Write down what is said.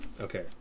okay